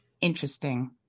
Interesting